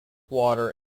water